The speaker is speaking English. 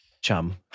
chum